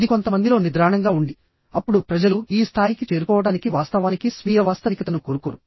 ఇది కొంతమందిలో నిద్రాణంగా ఉండి అప్పుడు ప్రజలు ఈ స్థాయికి చేరుకోవడానికి వాస్తవానికి స్వీయ వాస్తవికతను కోరుకోరు